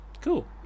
Cool